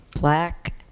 black